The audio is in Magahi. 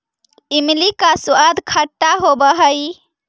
इमली का स्वाद खट्टा होवअ हई